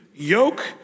Yoke